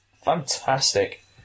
Fantastic